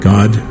God